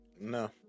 No